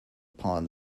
upon